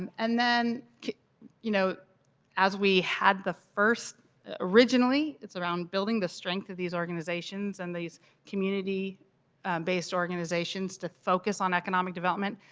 and and then you know as we had the first originally it's around building the strength of these organizations and these community based organizations to focus on economic development,